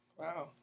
wow